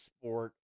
sport